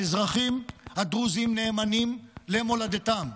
האזרחים הדרוזים נאמנים למולדתם.